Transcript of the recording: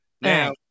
Now